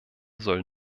soll